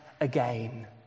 again